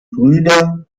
brüder